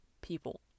people